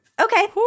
Okay